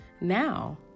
Now